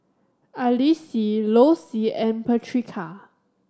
Alysa Lossie and Patrica